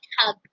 hug